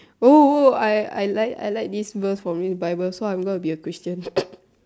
oh oh I I like I like this verse from this bible so I'm going to be a Christian